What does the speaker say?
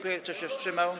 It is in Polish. Kto się wstrzymał?